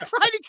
right